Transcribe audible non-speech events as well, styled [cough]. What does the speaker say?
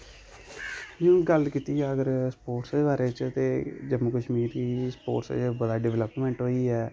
[unintelligible] गल्ल कीती जा अगर स्पोर्टस दे बारे च ते जम्मू कश्मीर दी स्पोर्टस च बड़ा डवेलपमैंट होई ऐ